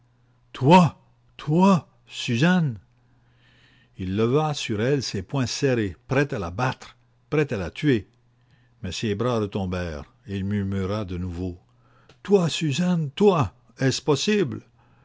toi toi suzanne il leva sur elle ses poings serrés prêt à la battre prêt à la tuer mais ses bras retombèrent et il murmura encore toi suzanne toi est-ce possible